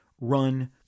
run